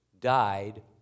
died